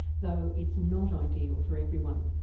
though it's not ideal for everyone.